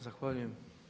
Zahvaljujem.